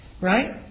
Right